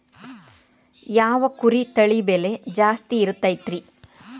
ಯಾವ ಕುರಿ ತಳಿ ಬೆಲೆ ಜಾಸ್ತಿ ಇರತೈತ್ರಿ?